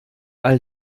all